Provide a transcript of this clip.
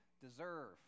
deserve